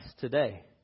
today